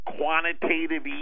quantitative